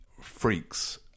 freaks